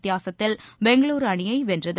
வித்தியாசத்தில் பெங்களூரு அணியை வென்றது